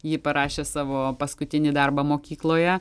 ji parašė savo paskutinį darbą mokykloje